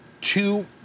two